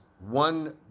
One